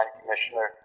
commissioner